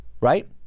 right